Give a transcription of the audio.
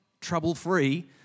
trouble-free